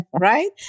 right